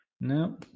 No